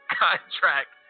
contract